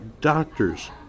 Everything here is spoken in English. doctors